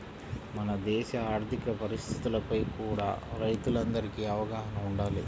మన దేశ ఆర్ధిక పరిస్థితులపై కూడా రైతులందరికీ అవగాహన వుండాలి